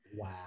Wow